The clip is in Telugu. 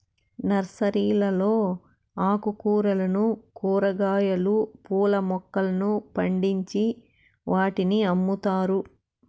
నర్సరీలలో ఆకుకూరలను, కూరగాయలు, పూల మొక్కలను పండించి వాటిని అమ్ముతారు